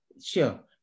Sure